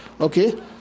Okay